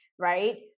right